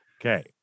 Okay